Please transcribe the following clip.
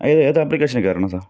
ഏത് ആപ്ലിക്കേഷനിൽ കയറണം സാർ